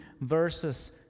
verses